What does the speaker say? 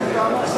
וג'ת),